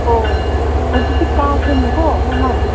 ꯑꯣ ꯑꯗꯨꯗꯤ ꯀꯥꯈ꯭ꯔꯦꯅꯦꯀꯣ ꯃꯃꯟ